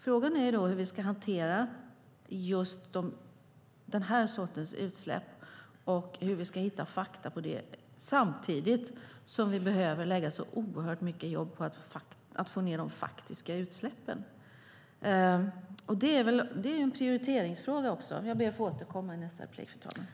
Frågan är då hur vi ska hantera just den här sortens utsläpp och hur vi ska hitta fakta om detta samtidigt som vi behöver lägga ned oerhört mycket jobb på att få ned de faktiska utsläppen. Det är också en prioriteringsfråga.